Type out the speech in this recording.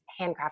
handcrafted